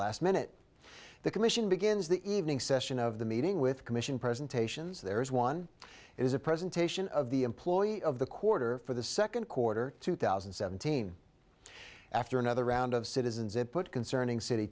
last minute the commission begins the evening session of the meeting with commission presentations there is one is a presentation of the employee of the quarter for the second quarter two thousand and seventeen after another round of citizens it put concerning city